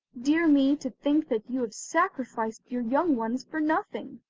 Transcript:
dear me, to think that you have sacrificed your young ones for nothing!